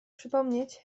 przypomnieć